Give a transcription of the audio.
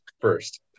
first